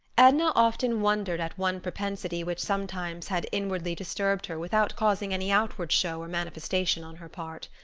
edna often wondered at one propensity which sometimes had inwardly disturbed her without causing any outward show or manifestation on her part.